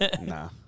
Nah